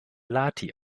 lahti